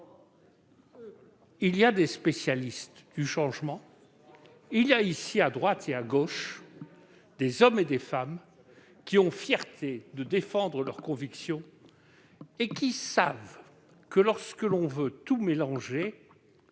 Il y a des spécialistes du changement et il y a, ici, tant à droite qu'à gauche, des hommes et des femmes qui ont la fierté de défendre leurs convictions et qui savent que, lorsque l'on veut tout mélanger,